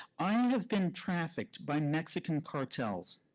i have been trafficked by mexican cartels,